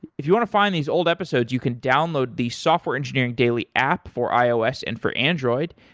if you want to find these old episodes, you can download the software engineering daily app for ios and for android.